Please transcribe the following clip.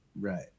Right